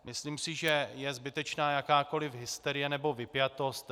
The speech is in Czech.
Myslím si, že je zbytečná jakákoliv hysterie nebo vypjatost.